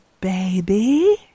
baby